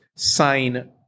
sign